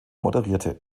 moderierte